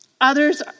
Others